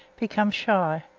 become shy,